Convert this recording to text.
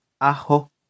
ajo